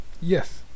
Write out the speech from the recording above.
Yes